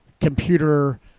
computer